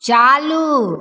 चालू